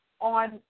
on